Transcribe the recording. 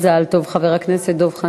טוב שאת פה.